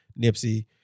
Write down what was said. Nipsey